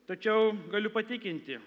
tačiau galiu patikinti